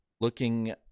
looking